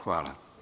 Hvala.